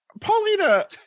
paulina